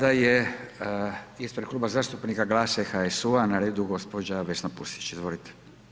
Sada je ispred Kluba zastupnika GLAS-a i HSU-a na redu gđa. Vesna Pusić, izvolite.